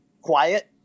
quiet